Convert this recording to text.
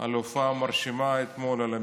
על הופעה מרשימה אתמול, על המינוי.